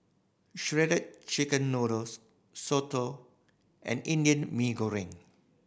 Shredded Chicken Noodles soto and Indian Mee Goreng